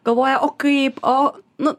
galvoja o kaip o nu